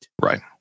Right